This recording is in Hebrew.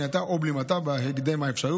מניעתה או בלימתה בהקדם האפשרי,